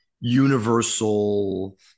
universal –